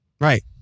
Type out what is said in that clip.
Right